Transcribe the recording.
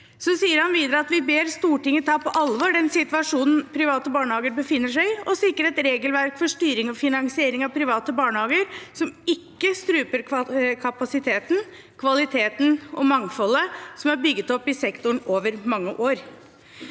Han sier videre: «Vi ber Stortinget ta på alvor den situasjonen private barnehager befinner seg i, og sikre et regelverk for styring og finansiering av private barnehager som ikke struper kapasiteten, kvaliteten og mangfoldet som er bygget opp i barnehagesektoren over mange år.»